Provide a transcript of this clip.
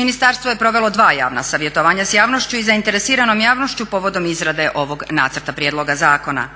Ministarstvo je provelo dva javna savjetovanja sa javnošću i zainteresiranom javnošću povodom izrade ovoga nacrta prijedloga zakona.